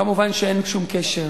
כמובן, אין שום קשר.